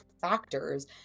factors